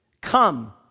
Come